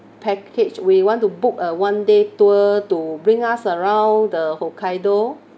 package we want to book a one day tour to bring us around the hokkaido